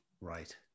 right